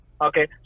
Okay